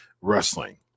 wrestling